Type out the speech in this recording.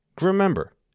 Remember